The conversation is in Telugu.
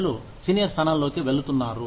ప్రజలు సీనియర్ స్థానాల్లోకి వెళ్తున్నారు